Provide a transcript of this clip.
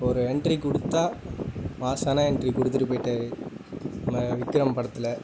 ஒரு என்ட்ரி கொடுத்தா மாஸான என்ட்ரி கொடுத்துட்டு போயிட்டாரு விக்ரம் படத்தில்